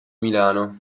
milano